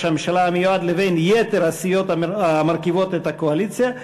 הממשלה המיועד לבין יתר הסיעות המרכיבות את הקואליציה,